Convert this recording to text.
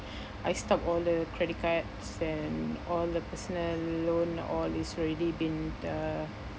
I stop all the credit cards and all the personal loan all is already been uh